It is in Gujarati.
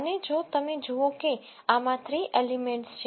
અને જો તમે જુઓ કે આમાં 3 એલીમેન્ટ્સ છે